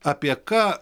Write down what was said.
apie ką